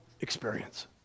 experience